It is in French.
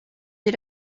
des